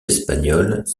espagnoles